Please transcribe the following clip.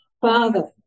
Father